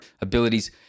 abilities